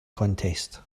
contest